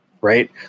Right